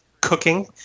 cooking